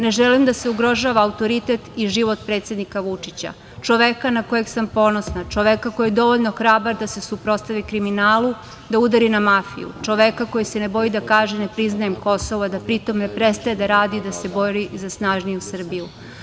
Ne želim da se ugrožava autoritet i život predsednika Vučića, čoveka na kojeg sam ponosna, čoveka koji je dovoljno hrabar da se suprotstavi kriminalu, da udari na mafiju, čoveka koji se ne boji da kaže – ne priznajem Kosovo i da pri tom ne prestaje da radi, da se bori za snažniju Srbiju.